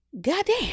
Goddamn